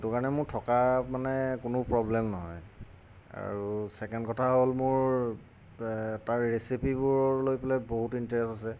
সেইটো কাৰণে মোৰ থকা মানে কোনো প্ৰব্লেম নহয় আৰু ছেকেণ্ড কথা হ'ল মোৰ তাৰ ৰেচিপিবোৰক লৈ পেলাই বহুত ইণ্টাৰেষ্ট আছে